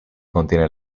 contiene